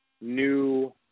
new